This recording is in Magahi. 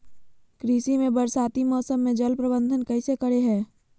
कृषि में बरसाती मौसम में जल प्रबंधन कैसे करे हैय?